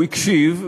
הוא הקשיב,